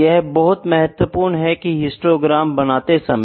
ये बहुत महत्वपुर्ण है एक हिस्टोग्राम बनाते समय